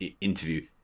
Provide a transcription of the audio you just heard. interview